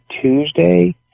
Tuesday